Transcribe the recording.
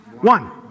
One